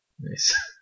Nice